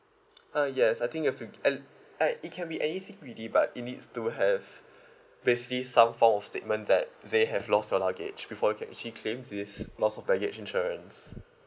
uh yes I think you have to uh it can be anything really but you need to have basically some form of statement that they have lost your luggage before you can actually claim this loss of baggage insurance